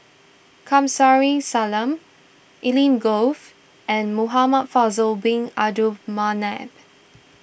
Kamsari Salam Evelyn Gove and Muhamad Faisal Bin Abdul Manap